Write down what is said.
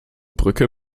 brücke